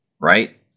right